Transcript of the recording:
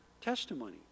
testimony